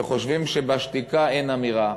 וחושבים שבשתיקה אין אמירה.